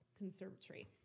conservatory